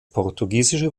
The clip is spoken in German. portugiesische